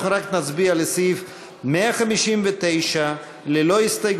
אורלי לוי אבקסיס לסעיף 159 לא נתקבלה.